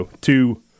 two